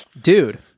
Dude